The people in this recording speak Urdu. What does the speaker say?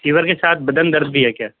فیور کے ساتھ بدن درد بھی ہے کیا